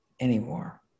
anymore